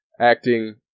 acting